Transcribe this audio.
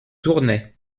tournay